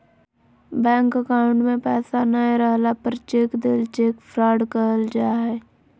bank account में पैसा नय रहला पर चेक देल चेक फ्रॉड कहल जा हइ